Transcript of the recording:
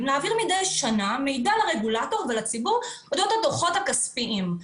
להעביר מדי שנה מידע לרגולטור ולציבור אודות הדוחות הכספיים.